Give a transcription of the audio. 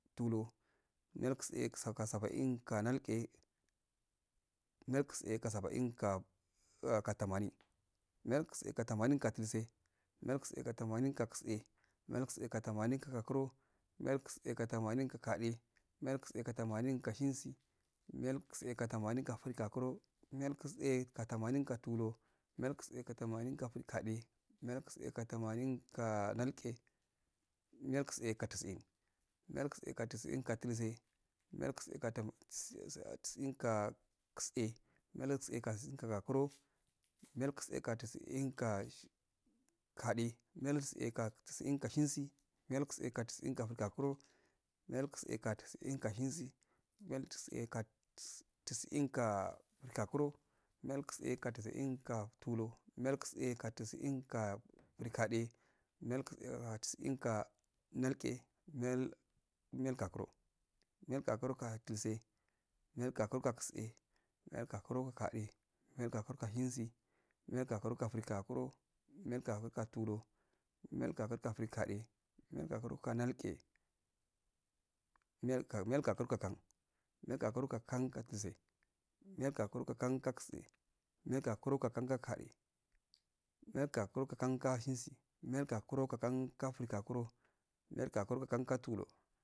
Tulo miyalse ska saba'in ka nalke, miyal gusde ka ka tamanin maya gaside ka gatultse, miya gatse ka tamanin ka tse miyaltse ka tamanin ga gakono miyal ga tultse ka tamanin ko gade, miyal gusde ka tamanin ga shensi, miyal gusde ka tamanin ga frigakuro, miyal gusde ka tamanin ga tukur, myal ghsde ka tamanin go friade, miyal ghode ka tamanin go naulge, miyal ghsde ka tisin, miyal ghsde ka tisi'in ga tulse, miya gusde ka tisiŋin ga tse, miyal gusəe ka tamanin ko gokuro, miyal gusde ka tisi in ga gade, miyal gusde ka tisi'in ko shesi, miyal gusde ka tisin ka frikuro, miyal gusdə ka tisin ka tulur, miyal gude ka tisi'in ka frigade miyal ghsde ka tisin i ka nalge, miya miya gakuro, miyal gakuro ka dultse, miyal gakuri ka tse, miyal gakuro go gade, miyal gakuro ka shensi miyal gakuro go ka frigakuro, miyal gakuro ga ka tukur miya yakuroga ka frigade, miyal gakuro gi ka nake, miyal gakuro ga kan, miyal gakuro gi kandulse, miyal gakuro ja kanste, miyal gakuro gi ka kan ksa gade, miyal gakaro gi ka kanga shensi miyal gakuro gi ka kan ha frikuro, miyal gakuro gi ka kum ko tulur